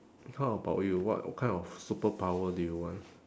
how about you what kind of superpower do you want